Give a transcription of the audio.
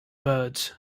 birds